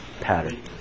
pattern